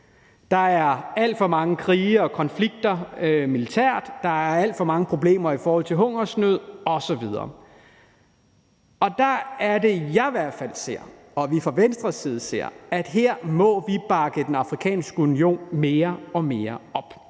Der er alt for mange krige og konflikter militært. Der er alt for mange problemer i forhold til hungersnød osv. Der er det, jeg i hvert fald ser, og vi fra Venstres side ser, at vi må bakke Den Afrikanske Union mere og mere op.